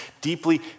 deeply